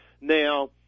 Now